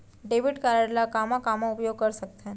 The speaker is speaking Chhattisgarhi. डेबिट कारड ला कामा कामा उपयोग कर सकथन?